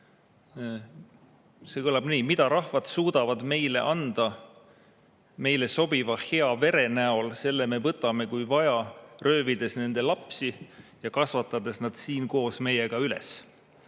See kõlab nii: "Mida rahvad suudavad meile anda meile sobiva hea vere näol, selle me võtame, kui vaja, röövides nende lapsi ja kasvatades nad siin koos meiega üles.